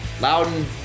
Loudon